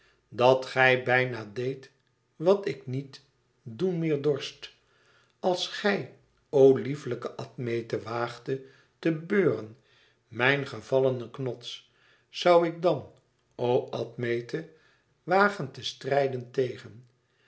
dat gij bijna deedt wat ik niet doen meer dorst als gij o lieflijke admete waagdet te beuren mijn gevallenen knots zoû ik dan o admete wagen te strijden tegen